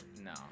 No